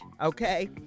okay